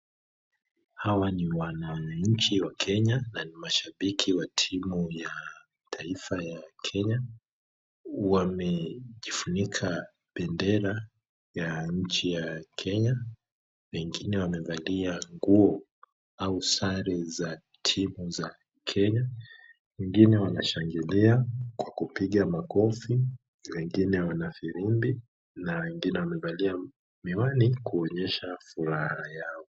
Hawa ni wananchi wa Kenya na ni mashabiki wa timu ya taifa ya Kenya, wamejifunika bendera ya nchi ya Kenya, wengine wamevalia nguo au sare za timu za kenya, wengine wanashangilia kwa kupiga makofi, wengine wana filimbi na wengine wamevalia miwani kuonyesha furaha yao.